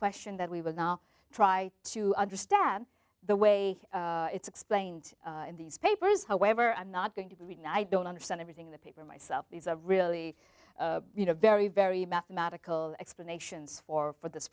question that we will now try to understand the way it's explained in these papers however i'm not going to read and i don't understand everything in the paper myself these are really you know very very mathematical explanations for for this